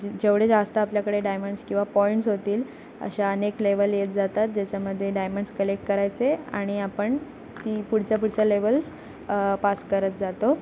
जे जेवढे जास्त आपल्याकडे डायमंड्स किंवा पॉईंट्स होतील अशा अनेक लेवल येत जातात ज्याच्यामध्ये डायमंड्स कलेक्ट करायचे आणि आपण ती पुढच्या पुढच्या लेवल्स पास करत जातो